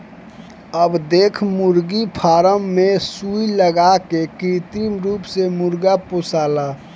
अब देख मुर्गी फार्म मे सुई लगा के कृत्रिम रूप से मुर्गा पोसाला